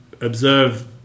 observe